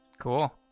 cool